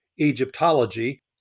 Egyptology